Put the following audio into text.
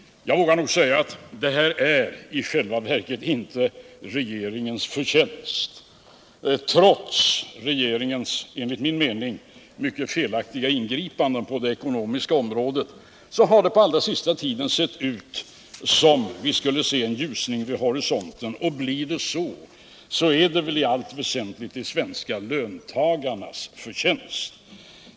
Jag vågar nog säga att detta i själva verket inte är regeringens förtjänst. Trots regeringens enligt min mening mycket felaktiga ingripanden på det ekonomiska området, har det under den allra senaste tiden sett ut som om vi skulle se en ljusning vid horisonten. Visar det sig vara riktigt, är det väl i allt väsentligt de svenska löntagarnas förtjänst.